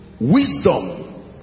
Wisdom